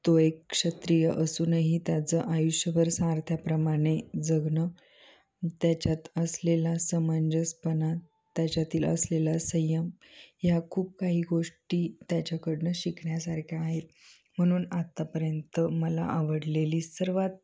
तो एक क्षत्रिय असूनही त्याचं आयुष्यभवर सारथ्याप्रमाणे जगणं त्याच्यात असलेला समंजसपणा त्याच्यातील असलेला संयम ह्या खूप काही गोष्टी त्याच्याकडनं शिकण्यासारख्या आहेत म्हणून आत्तापर्यंत मला आवडलेली सर्वात